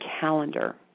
calendar